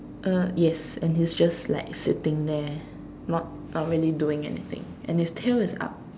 uh yes and he's just like sitting there not uh really doing anything and his tail is up